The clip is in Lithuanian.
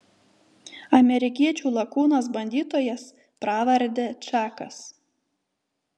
amerikiečių lakūnas bandytojas pravarde čakas